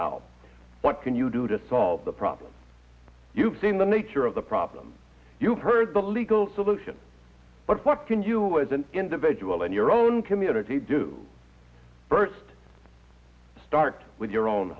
out what can you do to solve the problems you have seen the nature of the problem you heard the legal solution but what can you as an individual in your own community do first start with your own